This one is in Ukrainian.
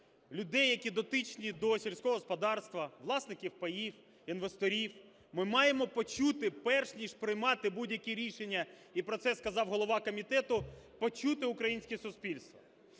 людей, які дотичні до сільського господарства, власників паїв, інвесторів. Ми маємо почути перш ніж приймати будь-які рішення, і про це сказав голова комітету, почути українське суспільство.